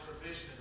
provision